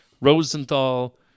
Rosenthal